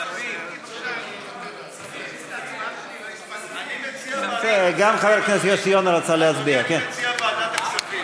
אני מציע ועדת הכספים.